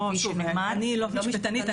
כפי שנאמר --- אני לא משפטנית,